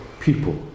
people